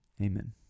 Amen